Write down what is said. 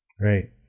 Right